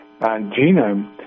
genome